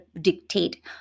dictate